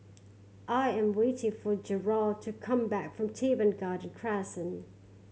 I am waiting for Jethro to come back from Teban Garden Crescent